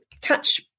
catch